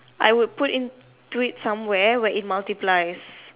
I would put in to it somewhere where it multiplies